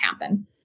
happen